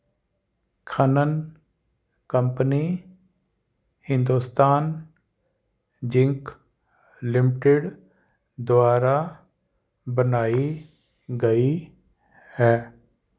ਖਣਨ company Hindustan zinc limited ਦੁਆਰਾ ਬਣਾਈ ਗਈ ਹੈ